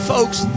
Folks